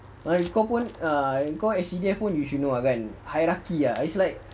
when kau pun S_C_D_F pun you should know ah kan hierarchy ah it's like